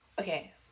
Okay